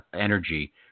energy